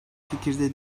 fikirde